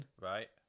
right